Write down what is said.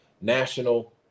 National